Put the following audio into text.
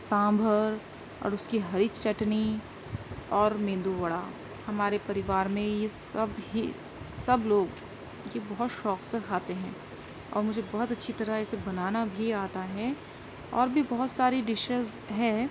سانبھر اور اس کی ہری چٹنی اور میندو وڑا ہمارے پریوار میں یہ سب ہی سب لوگ یہ بہت شوق سے کھاتے ہیں اور مجھے بہت اچھی طرح اسے بنانا بھی آتا ہے اور بھی بہت ساری ڈشز ہیں